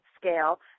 scale